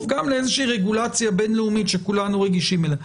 גם לאיזושהי רגולציה בין-לאומית שכולנו רגישים אליה.